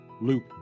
Luke